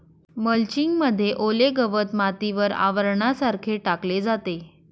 mulching मध्ये ओले गवत मातीवर आवरणासारखे टाकले जाते